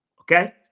Okay